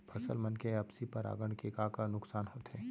फसल मन के आपसी परागण से का का नुकसान होथे?